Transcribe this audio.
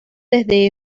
desde